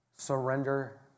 Surrender